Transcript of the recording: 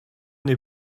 they